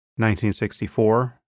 1964